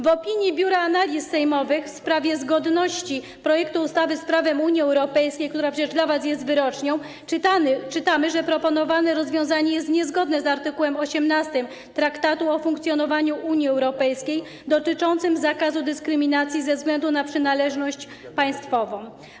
W opinii Biura Analiz Sejmowych w sprawie zgodności projektu ustawy z prawem Unii Europejskiej, która przecież dla was jest wyrocznią, napisano, że proponowane rozwiązanie jest niezgodne z art. 18 Traktatu o funkcjonowaniu Unii Europejskiej dotyczącym zakazu dyskryminacji ze względu na przynależność państwową.